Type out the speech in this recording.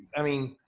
i mean,